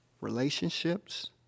Relationships